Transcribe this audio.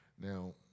Now